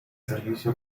servicio